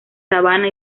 sabana